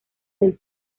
del